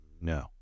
No